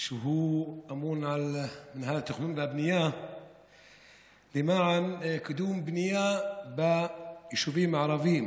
שהוא אמון על מינהל התכנון והבנייה למען קידום בנייה בישובים הערביים,